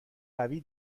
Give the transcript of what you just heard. قوی